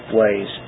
ways